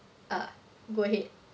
uh go ahead